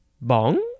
Bong